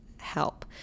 Help